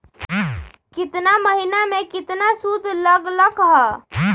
केतना महीना में कितना शुध लग लक ह?